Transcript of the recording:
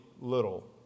little